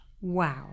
Wow